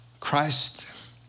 Christ